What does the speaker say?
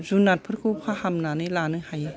जुनातफोरखौ फाहामनानै लानो हायो